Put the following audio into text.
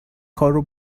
کارو